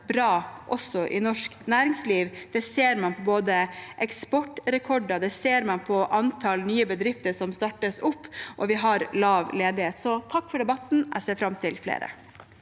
bra i norsk næringsliv. Det ser man på både eksportrekorder og antallet nye bedrifter som startes opp, og vi har lav ledighet. Takk for debatten. Jeg ser fram til flere.